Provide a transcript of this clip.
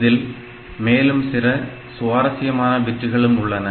இதில் மேலும் சில சுவாரசியமான பிட்டுகளும் உள்ளன